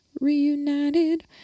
reunited